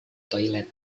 toilet